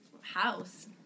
House